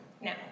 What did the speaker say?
now